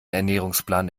ernährungsplan